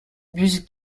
bus